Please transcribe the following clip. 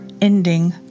ending